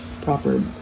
proper